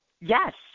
Yes